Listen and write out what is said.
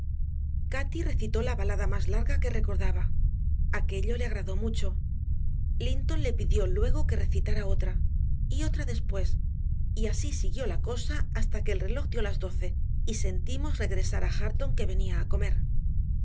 cati recitó la balada más larga que recordaba aquello le agradó mucho linton le pidió luego que recitara otra y otra después y así siguió la cosa hasta que el reloj dio las doce y sentimos regresar a hareton que venía a comer